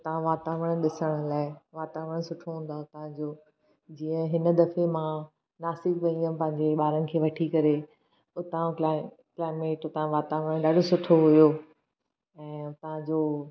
उता जो वातावरणु ॾिसण लाइ वातावरणु सुठो हुन्दो आहे उता जो जींअ हिन दफ़े मां नाशिक वेई हुयमि पंहिंजे ॿारनि खे वठीं करे उता जो आबहवा उता जो वातावरणु ॾाॾो सुठो हो ऐं उता जो